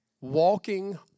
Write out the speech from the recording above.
walking